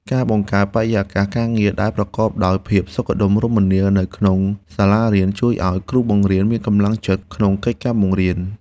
ការបង្កើតបរិយាកាសការងារដែលប្រកបដោយភាពសុខដុមរមនានៅក្នុងសាលារៀនជួយឱ្យគ្រូបង្រៀនមានកម្លាំងចិត្តក្នុងកិច្ចការបង្រៀន។